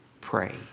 pray